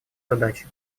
задачи